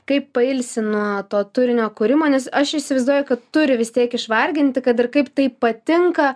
kaip pailsi nuo to turinio kūrimo nes aš įsivaizduoju kad turi vis tiek išvarginti kad ir kaip tai patinka